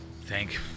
Thank